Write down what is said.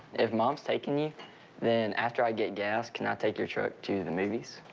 if mom's taking you then after i get gas, can i take your truck to the movies?